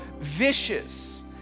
vicious